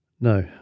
No